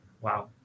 Wow